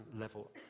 level